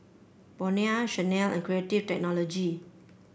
Bonia Chanel and Creative Technology